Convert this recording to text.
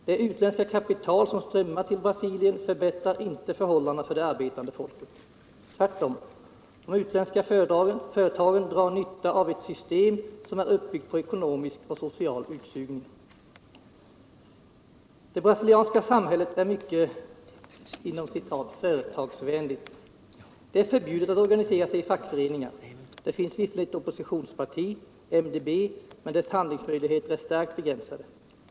Det utländska kapital som strömmar till Brasilien förbättrar inte förhållandena för det arbetande folket. Tvärtom, de utländska företagen drar nytta av ett system, som är uppbyggt på ekonomisk och social utsugning. Det brasilianska samhället är mycket ”företagsvänligt”. Det är förbjudet att organisera sig i fackföreningar. Det finns visserligen ett oppositionsparti, MDB, men dess handlingsmöjligheter är starkt begränsade.